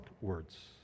words